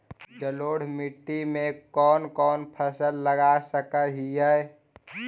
जलोढ़ मिट्टी में कौन कौन फसल लगा सक हिय?